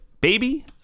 baby